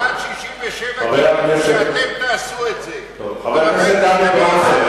עד 67' חבר הכנסת דוד רותם,